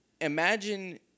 imagine